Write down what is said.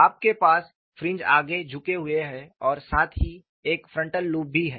आपके पास फ्रिंज आगे झुके हुए हैं और साथ ही एक फ्रंटल लूप भी है